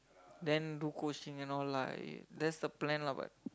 then do coaching and all lah that's the plan lah but